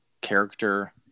character